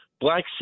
black